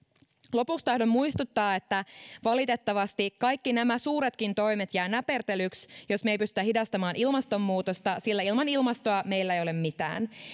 lopuksi tahdon muistuttaa että valitettavasti kaikki nämä suuretkin toimet jäävät näpertelyksi jos me emme pysty hidastamaan ilmastonmuutosta sillä ilman ilmastoa meillä ei ole mitään